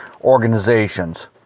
organizations